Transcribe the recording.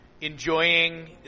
enjoying